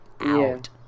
out